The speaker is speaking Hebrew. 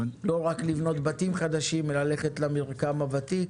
לא רק לבנות בתים חדשים אלא ללכת למרקם הוותיק.